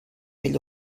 pell